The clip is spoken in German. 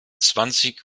zwanzig